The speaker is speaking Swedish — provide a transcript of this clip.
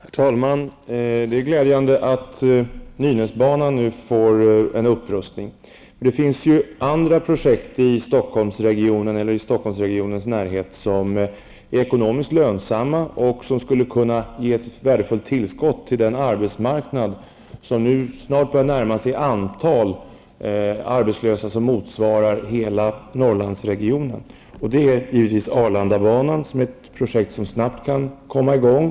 Herr talman! Det är glädjande att Nynäsbanan skall rustas upp. Det finns andra projekt i Stockholmsregionen eller i dess närhet som är ekonomiskt lönsamma och som skulle kunna ge ett värdefullt tillskott till den arbetsmarknad som nu i antal arbetslösa snart börjar motsvara hela Norrlandsregionen. Arlandabanan är ett projekt som snabbt kan komma igång.